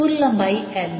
कुल लंबाई Lहै